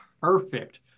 perfect